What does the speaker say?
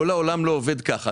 כל העולם לא עובד ככה.